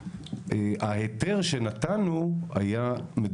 אז ההיתר שנתנו היה נכון יותר,